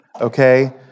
okay